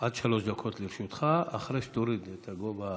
עד שלוש דקות לרשותך, אחרי שתוריד את הגובה.